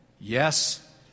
Yes